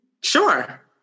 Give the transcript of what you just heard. sure